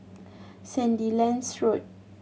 Sandilands Road